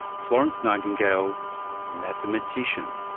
florence nightingale mathematician.